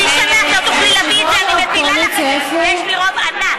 יושב-ראש הקואליציה, איפה הוא?